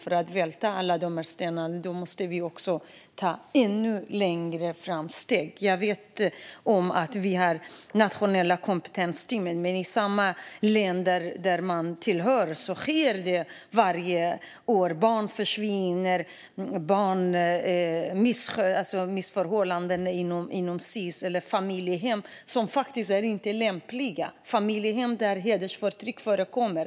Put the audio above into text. För att välta alla dessa stenar måste vi ta ännu större steg framåt. Jag vet att vi har Nationella kompetensteamet, men i dessa länder sker det varje år att barn försvinner. Det finns missförhållanden inom Sis-hem och familjehem som faktiskt inte är lämpliga. Det finns familjehem där hedersförtryck förekommer.